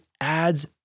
adds